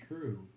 true